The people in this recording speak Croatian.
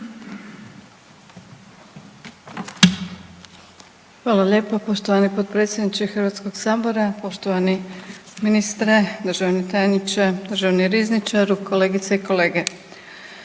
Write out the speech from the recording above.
Hvala lijepa poštovani potpredsjedniče HS-a. Poštovani ministre, državni tajniče, državni rizničaru, kolegice i kolege.